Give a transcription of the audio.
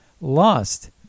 lost